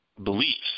beliefs